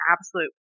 absolute